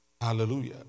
Hallelujah